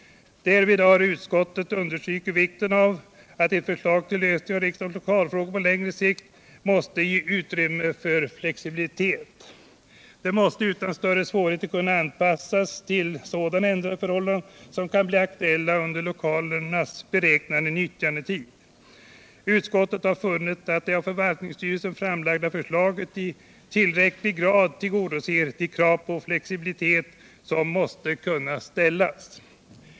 Därvid har utskottet understrukit vikten av att ett förslag till lösning av riksdagens lokalfrågor på längre sikt måste ge utrymme för flexibilitet. Lokalerna måste utan svårigheter kunna anpassas till sådana ändrade förhållanden som kan bli aktuella under deras beräknade nyttjandetid. Utskottet har funnit att det av förvaltningsstyrelsen framlagda förslaget i tillräcklig grad tillgodoser de krav på flexibilitet som måste kunna ställas.